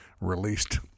released